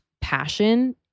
passion